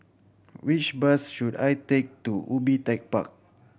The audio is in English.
which bus should I take to Ubi Tech Park